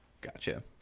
Gotcha